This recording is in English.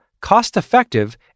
cost-effective